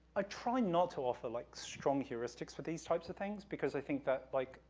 ah try and not to offer, like, strong heuristics for these types of things, because i think that, like,